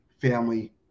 family